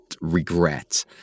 regret